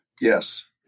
Yes